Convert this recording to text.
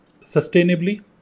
sustainably